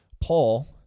Paul